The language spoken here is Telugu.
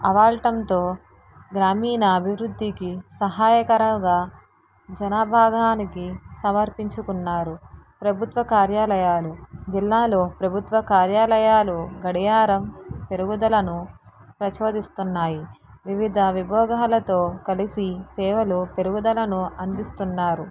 అవాటంతో గ్రామీణ అభివృద్ధికి సహాయకరంగా జనాభా విభానికి సమర్పించుకున్నారు ప్రభుత్వ కార్యాలయాలు జిల్లాలో ప్రభుత్వ కార్యాలయాలు గడియారం పెరుగుదలను ప్రచోదిస్తున్నాయి వివిధ విభాగాలతో కలిసి సేవలు పెరుగుదలను అందిస్తున్నారు